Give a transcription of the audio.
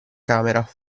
camera